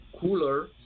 cooler